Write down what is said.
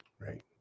right